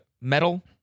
metal